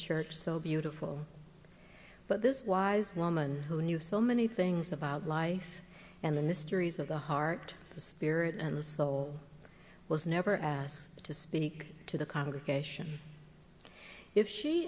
church so beautiful but this wise woman who knew so many things about life and the mysteries of the heart the spirit and the soul was never asked to speak to the congregation if she